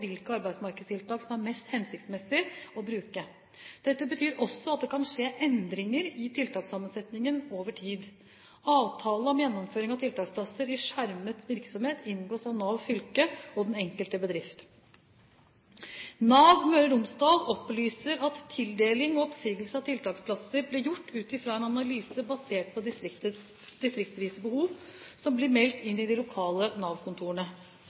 hvilke arbeidsmarkedstiltak som er mest hensiktsmessige å bruke. Dette betyr også at det kan skje endringer i tiltakssammensetningen over tid. Avtale om gjennomføring av tiltaksplasser i skjermet virksomhet inngås av Nav fylke og den enkelte bedrift. Nav Møre og Romsdal opplyser at tildeling og oppsigelse av tiltaksplasser blir gjort ut fra en analyse basert på distriktsvise behov, som blir meldt inn av de lokale